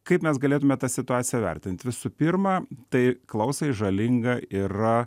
kaip mes galėtume tą situaciją vertint visų pirma tai klausai žalinga yra